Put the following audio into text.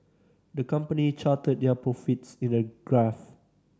the company charted their profits in a graph